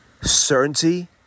certainty